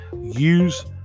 use